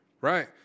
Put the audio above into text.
Right